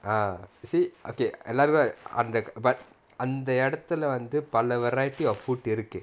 ah you see okay another one அந்த:antha but அந்த இடத்துல வந்து பல:antha idathula vanthu pala variety of food இருக்கு:iruku